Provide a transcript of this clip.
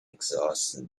exhausted